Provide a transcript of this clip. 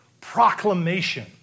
proclamation